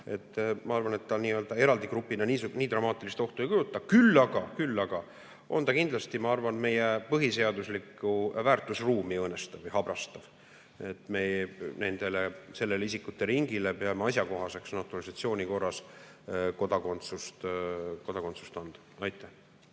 ma arvan, et ta eraldi grupina nii dramaatilist ohtu ei kujuta. Küll aga on see kindlasti meie põhiseaduslikku väärtusruumi õõnestav või habrastav, kui me sellele isikute ringile peame asjakohaseks naturalisatsiooni korras kodakondsust anda.